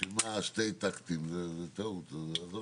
שזה לא